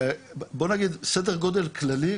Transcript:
סדר גודל כללי,